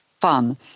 fun